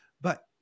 but-